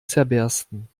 zerbersten